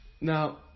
now